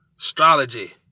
astrology